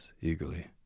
eagerly